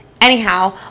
Anyhow